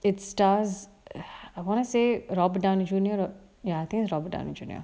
it stars I want to say robert downey junior to ya I think is robert downey junior